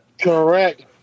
Correct